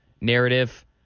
narrative